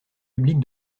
publics